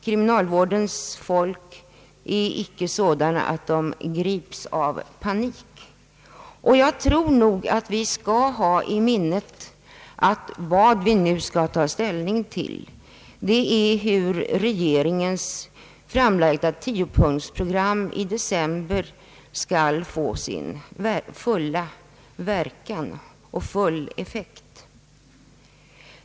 Kriminalvårdens folk är icke sådana att de grips av panik. Jag tror att vi skall ha i minnet att vad vi nu har att ta ställning till är hur regeringens i december framlagda förslag skall få full effekt.